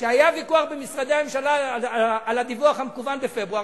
כשהיה ויכוח בין משרדי הממשלה על הדיווח המקוון בפברואר,